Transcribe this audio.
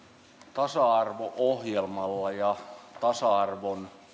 tasa arvo ohjelmalla ja tasa arvon